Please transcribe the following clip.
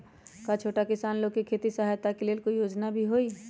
का छोटा किसान लोग के खेती सहायता के लेंल कोई योजना भी हई?